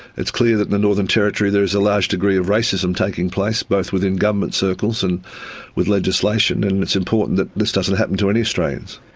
it's clear that in the northern territory there is a large degree of racism taking place, both within government circles and with legislation, and it's important that this doesn't happen to any australians.